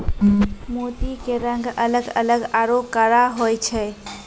मोती के रंग अलग अलग आरो कड़ा होय छै